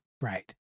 Right